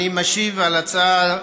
אני משיב על הצעה.